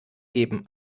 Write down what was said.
geben